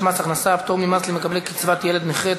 מס הכנסה (פטור ממס למקבלי קצבת ילד נכה),